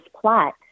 plot